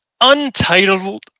untitled